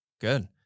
Good